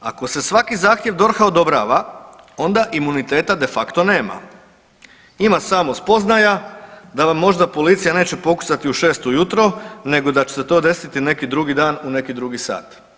Ako se svaki zahtjev DORH-a odobrava onda imuniteta de faco nema, ima samo spoznaja da vam možda policija neće pokucati u šest ujutro nego da će se to desiti neki drugi dan u neki drugi sat.